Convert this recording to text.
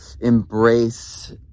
embrace